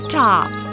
top